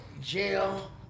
jail